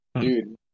Dude